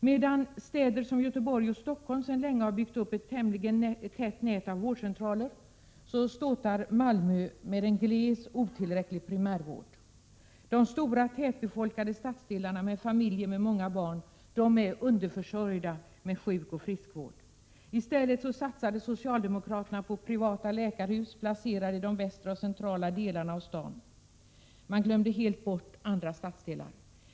Medan städer som Göteborg och Stockholm sedan länge har byggt upp ett tämligen tätt nät av vårdcentraler, ståtar Malmö med en gles, otillräcklig primärvård. De stora tätbefolkade stadsdelarna med familjer med många barn är underförsörjda när det gäller sjukoch friskvård. I stället satsade socialdemokraterna på privata läkarhus placerade i de västra och centrala delarna av staden. Man glömde helt bort andra stadsdelar.